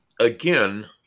again